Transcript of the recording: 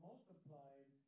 Multiplied